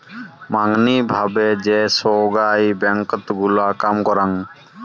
মাঙনি ভাবে যে সোগায় ব্যাঙ্কত গুলা কাম করাং